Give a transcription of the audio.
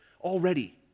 already